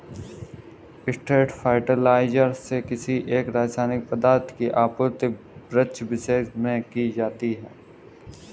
straight fertiliser से किसी एक रसायनिक पदार्थ की आपूर्ति वृक्षविशेष में की जाती है